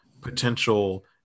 potential